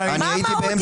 מה המהות?